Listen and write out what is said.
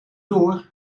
door